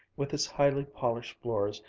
with its highly polished floors,